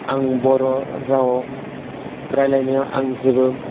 आं बर' राव रायज्लायनायाव आं जेबो